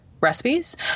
recipes